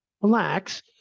relax